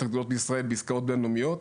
הגדולות בישראל בעסקאות בינלאומיות,